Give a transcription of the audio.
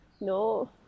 No